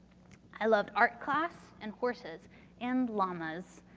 i loved art class and horses and llamas.